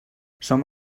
som